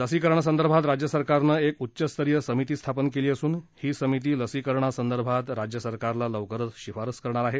लसीकरणासंदर्भात राज्य सरकारनं एक उच्चस्तरीय समिती स्थापन केली असून ही समिती लसीकरणासंदर्भात राज्य सरकारला लवकरच शिफारस करणार आहे